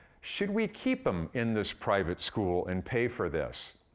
should we keep him in this private school and pay for this?